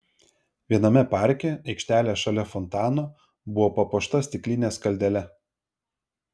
viename parke aikštelė šalia fontano buvo papuošta stikline skaldele